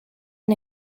and